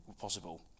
possible